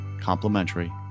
complimentary